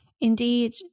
indeed